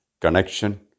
connection